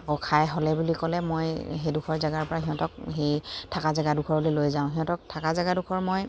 আকৌ খাই হ'লে বুলি ক'লে মই সেইডোখৰ জেগাৰ পৰা সিহঁতক সেই থকা জেগাডোখৰলৈ লৈ যাওঁ সিহঁতক থকা জেগাডোখৰ মই